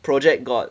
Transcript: project got